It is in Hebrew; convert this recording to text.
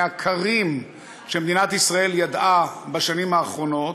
מהקרים שמדינת ישראל ידעה בשנים האחרונות,